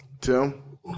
Tim